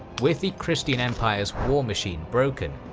with the christian empire's war machine broken,